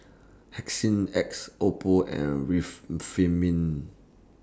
X Oppo and Reef